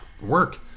work